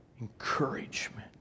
encouragement